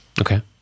Okay